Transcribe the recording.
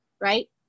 right